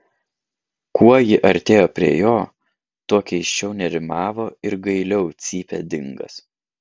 kuo ji artėjo prie jo tuo keisčiau nerimavo ir gailiau cypė dingas